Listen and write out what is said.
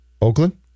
Oakland